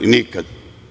Nikada.